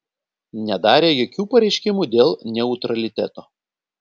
nedarė jokių pareiškimų dėl neutraliteto